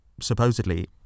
supposedly